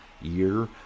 year